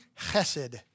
chesed